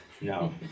no